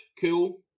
cool